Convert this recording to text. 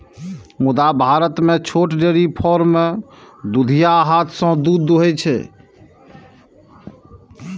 मुदा भारत मे छोट डेयरी फार्म मे दुधिया हाथ सं दूध दुहै छै